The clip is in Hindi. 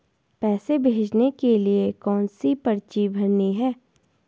पैसे भेजने के लिए कौनसी पर्ची भरनी है?